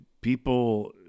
People